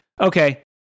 okay